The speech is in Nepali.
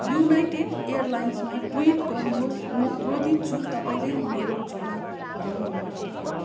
युनाइटेड एयरलाइन्समा ट्विट गर्नुहोस् म क्रोधित छु तपाईँले मेरो झोला हराउनुभयो